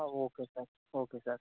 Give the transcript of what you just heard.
ಹಾಂ okay sir okay sir